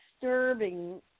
disturbing